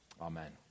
Amen